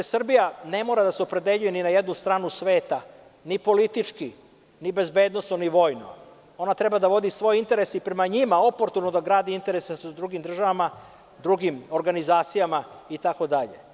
Srbija ne mora da se opredeljuje ni na jednu stranu sveta, ni politički, ni bezbednosno, ni vojno, ona treba da vodi svoje interese i prema njima oportuno da gradi interese sa drugim državama, drugim organizacijama itd.